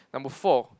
number four